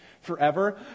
forever